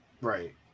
right